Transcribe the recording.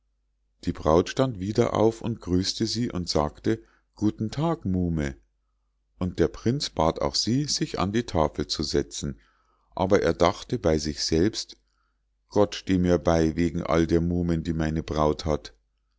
die braut stand wieder auf und grüßte sie und sagte guten tag muhme und der prinz bat auch sie sich an die tafel zu setzen aber er dachte bei sich selbst gott steh mir bei wegen all der muhmen die meine braut hat